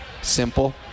simple